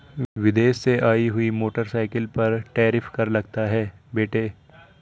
विदेश से आई हुई मोटरसाइकिल पर टैरिफ कर लगता है बेटे